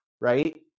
right